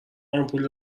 آمپول